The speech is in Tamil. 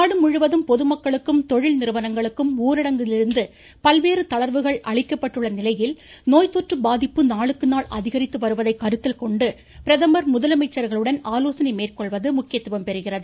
நாடு நிறுவனங்களுக்கும் ஊரடங்களிலிருந்து பல்வேறு தளர்வுகள் அளிக்கப்பட்டுள்ள நிலையில் நோய் தொற்று பாதிப்பு நாளுக்குநாள் அதிகரித்து வருவதை கருத்தில்கொண்டு பிரதமர் முதலமைச்சர்களுடன் ஆலோசனை மேற்கொள்வது முக்கியத்துவம் பெறுகிறது